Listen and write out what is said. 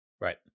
Right